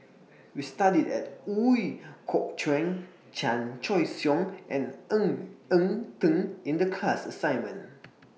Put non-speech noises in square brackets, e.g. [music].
We studied At Ooi Kok Chuen Chan Choy Siong and Ng Eng Teng in The class assignment [noise]